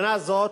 מבחינה זו,